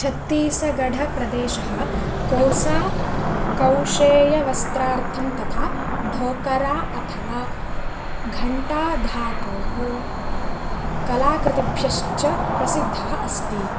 छत्तीसगढ़प्रदेशः कोसा कौशेयवस्त्रार्थं तथा ढोकरा अथवा घण्टाधातोः कलाकृतिभ्यश्च प्रसिद्धः अस्ति